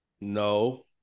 No